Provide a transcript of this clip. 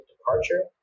departure